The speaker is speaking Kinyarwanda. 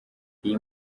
iyi